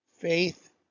faith